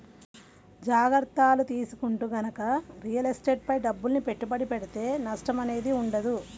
జాగర్తలు తీసుకుంటూ గనక రియల్ ఎస్టేట్ పై డబ్బుల్ని పెట్టుబడి పెడితే నష్టం అనేది ఉండదు